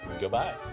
Goodbye